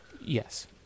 Yes